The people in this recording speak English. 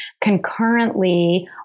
Concurrently